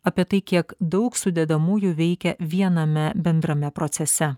apie tai kiek daug sudedamųjų veikia viename bendrame procese